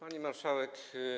Pani Marszałek!